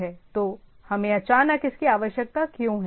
तो हमें अचानक इसकी आवश्यकता क्यों है